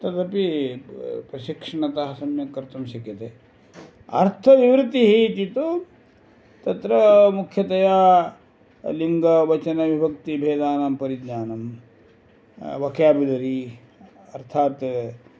तदपि प्रशिक्षणतः सम्यक् कर्तुं शक्यते अर्थविवृतिः इति तु तत्र मुख्यतया लिङ्गवचनविभक्तिभेदानां परिज्ञानं वकेबुलरी अर्थात्